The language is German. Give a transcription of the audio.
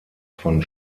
von